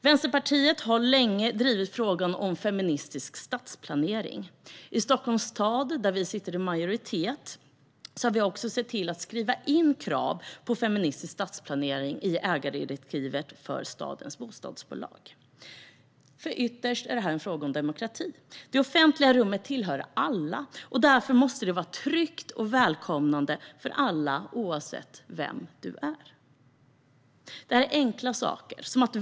Vänsterpartiet har länge drivit frågan om feministisk stadsplanering. I Stockholms stad, där Vänsterpartiet sitter som en del av majoriteten, har vi sett till att skriva in krav på en feministisk stadsplanering i ägardirektiven för stadens bostadsbolag. Ytterst är detta en fråga om demokrati. Det offentliga rummet tillhör alla och måste därför vara tryggt och välkomnande för alla, oavsett vem man är. Det handlar om enkla saker.